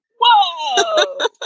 Whoa